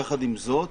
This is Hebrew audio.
יחד עם זאת,